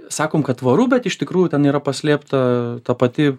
sakom kad tvaru bet iš tikrųjų ten yra paslėpta ta pati